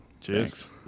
Cheers